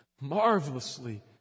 marvelously